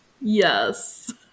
Yes